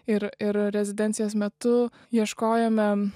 ir ir rezidencijos metu ieškojome